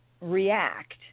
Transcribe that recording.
react